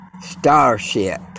starship